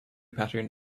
pattern